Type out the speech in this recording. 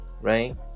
right